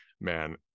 Man